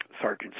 Sergeant